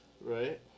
right